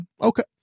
okay